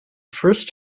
first